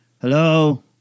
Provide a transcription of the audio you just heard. hello